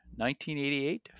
1988